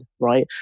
right